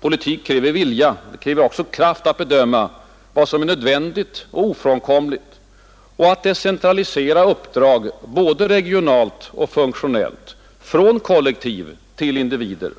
Politik kräver vilja; den kräver också kraft att bedöma vad som är nödvändigt och ofrånkomligt och att decentralisera uppdrag både regionalt och funktionellt från kollektiv till individer.